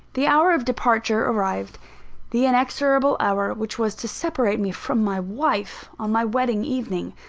the hour of departure arrived the inexorable hour which was to separate me from my wife on my wedding evening.